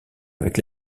avec